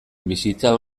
bizitza